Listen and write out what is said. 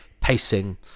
pacing